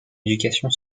éducation